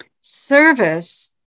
service